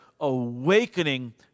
awakening